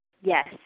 Yes